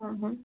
हां हां